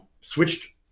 switched